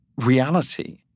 reality